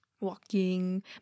walking